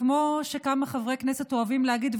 כמו שכמה חברי כנסת אוהבים להגיד,